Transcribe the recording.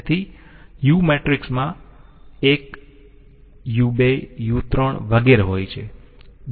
તેથી U matrix માં 1 u u2 u3 વગેરે હોય છે